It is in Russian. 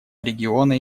региона